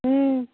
ହୁଁ